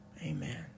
Amen